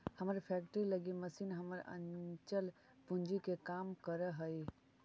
हमर फैक्ट्री लगी मशीन हमर अचल पूंजी के काम करऽ हइ